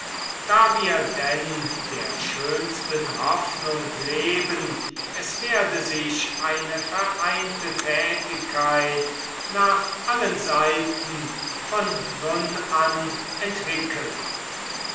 da wir denn der schönsten hoffnung leben es werde sich eine vereinte tätigkeit nach allen seiten von nun an entwickeln